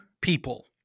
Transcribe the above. people